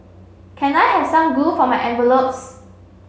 can I have some glue for my envelopes